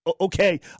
Okay